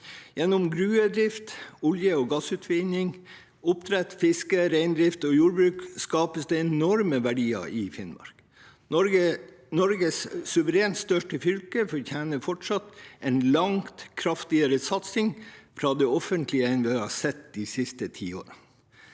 Gjennom gruvedrift, olje- og gassutvinning, oppdrett, fiske, reindrift og jordbruk skapes det enorme verdier i Finnmark. Norges suverent største fylke fortjener fortsatt en langt kraftigere satsing fra det offentlige enn det vi har sett de siste tiårene.